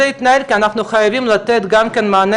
זה יתנהל כך כי אנחנו חייבים לתת גם מענה